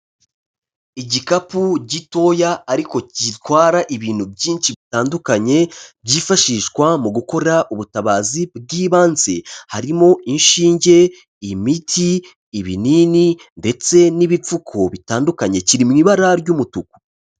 Igikapu gitoya ariko gitwara ibintu byinshi bitandukanye byifashishwa mu gukora ubutabazi bw'ibanze, harimo inshinge, imiti, ibinini ndetse n'ibipfuko bitandukanye, kiri mu ibara ry'umutuku.